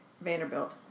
Vanderbilt